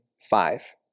five